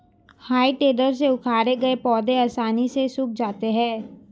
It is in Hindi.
हेइ टेडर से उखाड़े गए पौधे आसानी से सूख जाते हैं